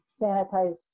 sanitize